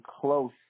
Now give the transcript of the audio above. close